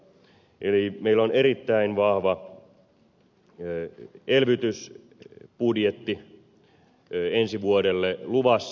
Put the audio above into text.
eli meillä on erittäin vahva elvytysbudjetti ensi vuodelle luvassa